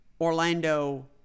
Orlando